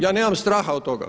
Ja nemam straha od toga.